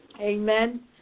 Amen